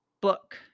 book